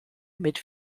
mit